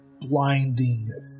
blinding